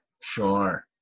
sure